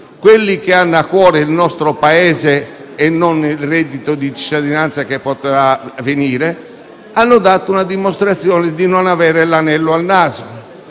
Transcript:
quelli che hanno a cuore il nostro Paese e non il reddito di cittadinanza che potrà venire, hanno dato una dimostrazione di non avere l'anello al naso